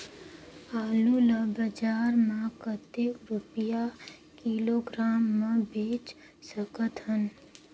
आलू ला बजार मां कतेक रुपिया किलोग्राम म बेच सकथन?